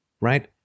right